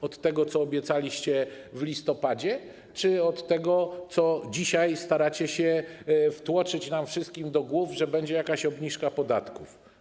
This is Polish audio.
Od tego, co obiecaliście w listopadzie, czy od tego, co dzisiaj staracie się wtłoczyć nam wszystkim do głów, że będzie jakaś obniżka podatków?